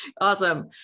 Awesome